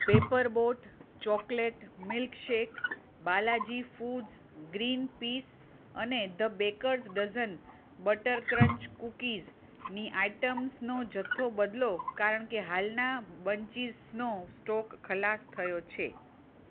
paper boat chocolate milkshake Balaji foods green peace અને the bakers dozen butter crunch કૂકીઝની આઇટમ્સનો જથ્થો બદલો કારણકે હાલના બંચીસનો સ્ટોક ખલાસ થયો છે